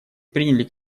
приняли